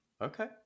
Okay